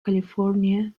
california